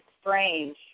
Strange